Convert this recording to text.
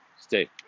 stay